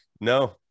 no